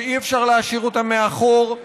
שאי-אפשר להשאיר אותם מאחור,